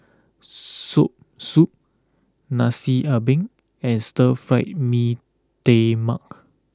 Soursop Nasi Ambeng and Stir Fry Mee Tai Mak